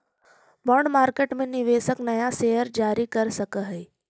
bond market में निवेशक नया शेयर जारी कर सकऽ हई